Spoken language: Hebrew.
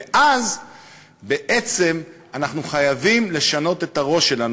ואז בעצם אנחנו חייבים לשנות את הראש שלנו,